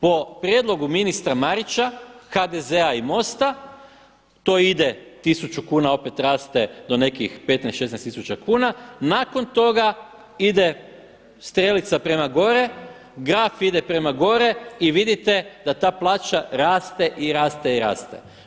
Po prijedlogu ministra Marića, HDZ-a i MOST-a to ide 1000 kuna opet raste do nekih 15, 16 tisuća kuna, nakon toga ide strelica prema gore, graf ide prema gore i vidite da ta plaća raste i raste i raste.